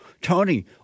Tony